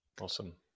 Awesome